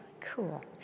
Cool